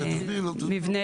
תסבירי לו.